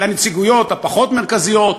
לנציגויות הפחות-מרכזיות,